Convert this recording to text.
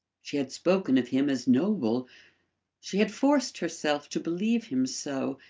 she had spoken of him as noble she had forced herself to believe him so,